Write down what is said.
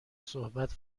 صحبت